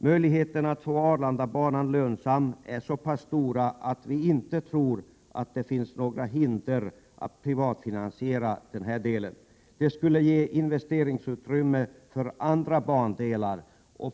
Möjligheterna att få Arlandabanan lönsam är så pass stora att vi inte tror att det finns några hinder att privatfinansiera den delen. Det skulle dessutom ge utrymme för andra bandelar.